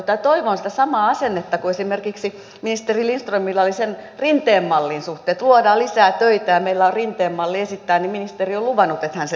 toivon sitä samaa asennetta kuin esimerkiksi ministeri lindströmillä oli rinteen mallin suhteen että luodaan lisää töitä ja kun meillä on rinteen malli esittää niin ministeri on luvannut että hän sen tutkii